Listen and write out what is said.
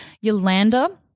Yolanda